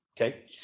Okay